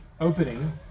opening